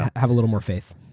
have a little more faith.